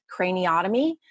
craniotomy